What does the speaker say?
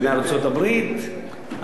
אני לא מציע לאף אחד מאתנו לעשות את זה.